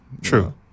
true